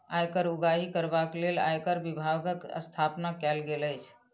आयकर उगाही करबाक लेल आयकर विभागक स्थापना कयल गेल अछि